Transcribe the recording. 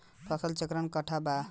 फसल चक्रण कट्ठा बा बताई?